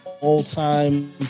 all-time